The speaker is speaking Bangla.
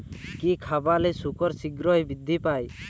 কি খাবালে শুকর শিঘ্রই বৃদ্ধি পায়?